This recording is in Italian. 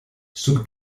sul